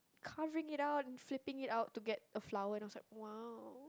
carving it out and flipping it out to get a flower then I was like !wow!